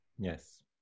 yes